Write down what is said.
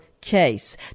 case